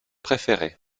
préférée